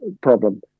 problem